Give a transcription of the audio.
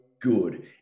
good